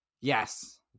Yes